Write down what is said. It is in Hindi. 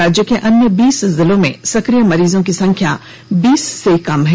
राज्य के अन्य बीस जिलों में सक्रिय मरीजों की संख्या बीस से कम है